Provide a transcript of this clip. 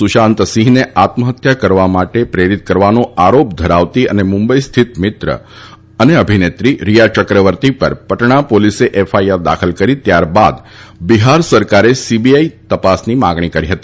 સુશાંતસિંહને આત્મહત્યા કરવા માટે પ્રેરિત કરવાનો આરોપ ધરાવતી મુંબઈ સ્થિત મિત્ર અને અભિનેત્રી રીયા ચક્રવર્તી પર પટણા પોલીસ એફઆઈઆર કરી ત્યારબાદ બિહાર સરકારે સીબીઆઈ તપાસની માંગણી કરી હતી